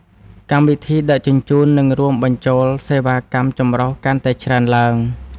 កម្មវិធីដឹកជញ្ជូន នឹងរួមបញ្ចូលសេវាកម្មចម្រុះកាន់តែច្រើនឡើង។